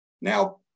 Now